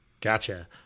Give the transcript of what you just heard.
Gotcha